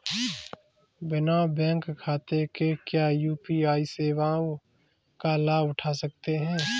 बिना बैंक खाते के क्या यू.पी.आई सेवाओं का लाभ उठा सकते हैं?